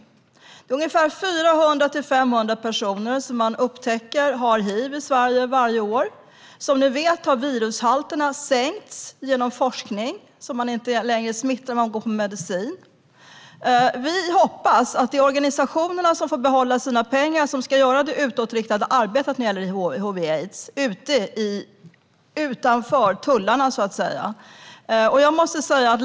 Varje år upptäcker man att ungefär 400-500 personer i Sverige har hiv. Som ni vet har virushalterna sänkts genom forskning, och man är inte längre smittsam om man går på medicin. Vi hoppas att det är organisationerna som ska göra det utåtriktade arbetet när det gäller hiv/aids - arbetet utanför tullarna, så att säga - som får behålla sina pengar.